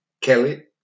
Kelly